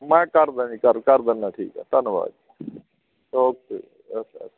ਮੈਂ ਕਰਦਾਂ ਜੀ ਕਰ ਕਰ ਦਿੰਦਾ ਠੀਕ ਆ ਧੰਨਵਾਦ ਓਕੇ ਓਕੇ ਓਕੇ